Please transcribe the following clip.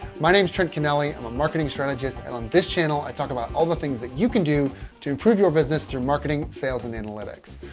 my name is trent kennelly. i'm a marketing strategist and on this channel i talk about all the things that you can do to improve your business through marketing, sales, and analytics.